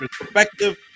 perspective